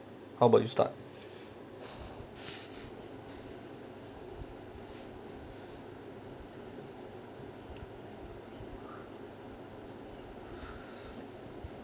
how about you start